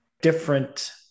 different